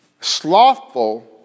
Slothful